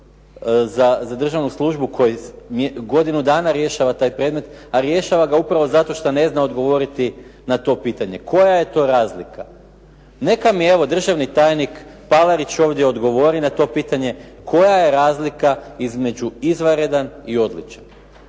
za državnu službu koji godinu dana rješava taj predmet, a rješava ga upravo zato što ne zna odgovoriti na to pitanje, koja je to razlika, neka mi evo državni tajnik Palarić ovdje odgovori na to pitanje koja je razlika između izvanredan i odličan.